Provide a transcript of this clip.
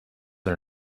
are